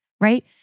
right